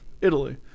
italy